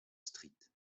street